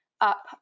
up